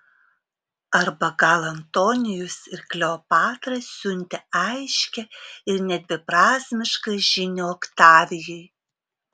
arba gal antonijus ir kleopatra siuntė aiškią ir nedviprasmišką žinią oktavijui